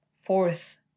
fourth